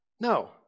No